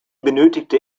benötigte